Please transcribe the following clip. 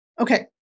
Okay